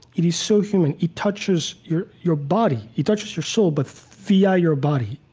it is so human, it touches your your body. it touches your soul, but via your body.